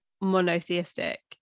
monotheistic